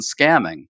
scamming